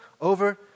over